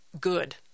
good